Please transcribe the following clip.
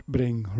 Bring